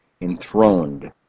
enthroned